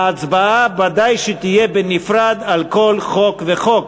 ההצבעה ודאי שתהיה בנפרד על כל חוק וחוק.